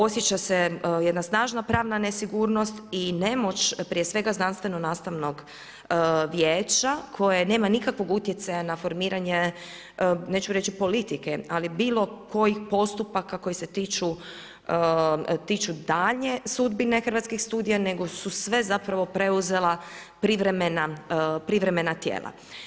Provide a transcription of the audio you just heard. Osjeća se jedna snažna pravna nesigurnost i nemoć, prije svega znanstveno nastavnog vijeća koje nema nikakvog utjecaja na formiranje, neću reći politike, ali bilo kojih postupaka koji se tiču daljnje sudbine hrvatskih studija, nego su sve zapravo preuzela privremena tijela.